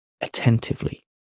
attentively